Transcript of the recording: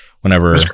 Whenever